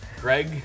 Greg